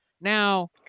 Now